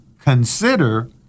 consider